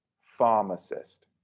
pharmacist